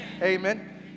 Amen